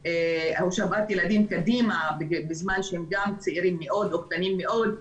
הושבת ילדים קדימה בזמן שהם גם צעירים מאוד או קטנים מאוד.